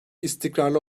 istikrarlı